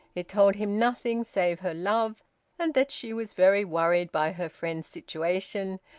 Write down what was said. it told him nothing save her love and that she was very worried by her friend's situation,